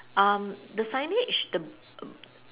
um the signage the b~